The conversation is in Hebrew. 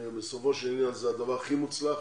זה הדבר הכי מוצלח.